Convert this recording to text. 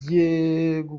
gukorera